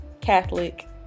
Catholic